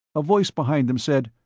a voice behind them said,